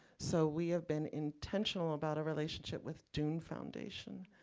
so we have been intentional about a relationship with doen foundation.